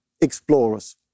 explorers